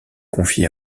confiée